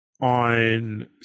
on